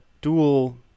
dual